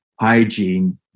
hygiene